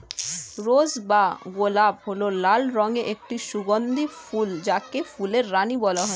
রোজ বা গোলাপ হল লাল রঙের একটি সুগন্ধি ফুল যাকে ফুলের রানী বলা হয়